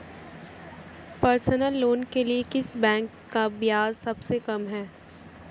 Personal loan के लिए किस बैंक का ब्याज सबसे कम है?